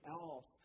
else